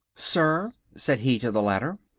sir, said he to the latter,